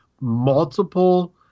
multiple